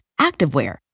activewear